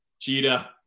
Cheetah